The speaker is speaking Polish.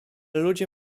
ludzie